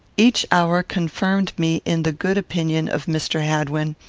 each hour confirmed me in the good opinion of mr. hadwin,